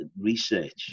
research